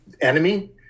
enemy